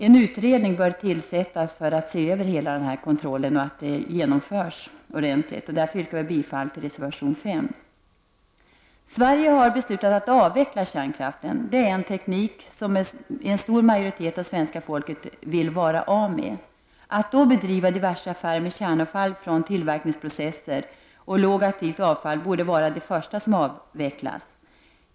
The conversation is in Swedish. En utredning bör tillsättas för att se över hela kontrollen och att den genomförs ordentligt. Därför yrkar jag bifall till reservation 5. Sverige har beslutat att avveckla kärnkraften. Det är en teknik som en stor majoritet av svenska folket vill vara av med. Diverse affärer med kärnavfall från tillverkningsprocesser och lågaktivt avfall borde vara det första som avvecklas.